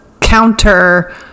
counter